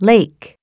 Lake